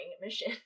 mission